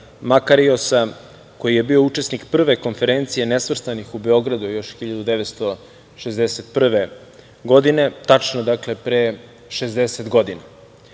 Makariosa koji je bio učesnik Prve konferencije Nesvrstanih u Beogradu još od 1961. godine. Tačno, dakle, pre 60 godina.